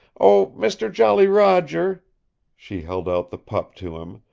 oh, mister jolly roger she held out the pup to him,